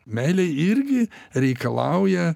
meilė irgi reikalauja